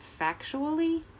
factually